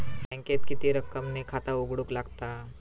बँकेत किती रक्कम ने खाता उघडूक लागता?